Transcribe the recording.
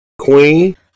Queen